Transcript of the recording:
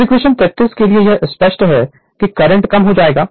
Refer Slide Time 2728 अब equation 33 के लिए यह स्पष्ट है कि करंट कम हो जाएगा